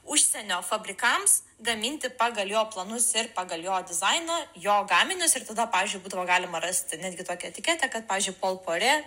užsienio fabrikams gaminti pagal jo planus ir pagal jo dizainą jo gaminius ir tada pavyzdžiui būdavo galima rasti netgi tokią etiketę kad pavyzdžiui pol porė